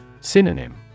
Synonym